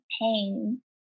pain